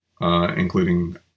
including